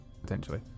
potentially